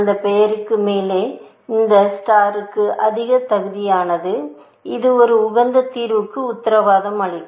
அந்த பெயருக்கு மேலே அந்த நட்சத்திரத்திற்கு அது தகுதியானது இது ஒரு உகந்த தீர்வுக்கு உத்தரவாதம் அளிக்கும்